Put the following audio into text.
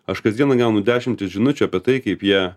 aš kasdieną gaunu dešimtis žinučių apie tai kaip jie